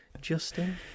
Justin